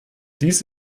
dies